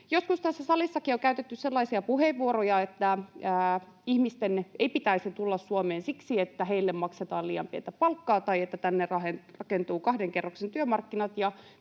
Joskus tässä salissakin on käytetty sellaisia puheenvuoroja, että ihmisten ei pitäisi tulla Suomeen siksi, että heille maksetaan liian pientä palkkaa tai että tänne rakentuu kahden kerroksen työmarkkinat,